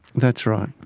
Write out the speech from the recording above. that's right.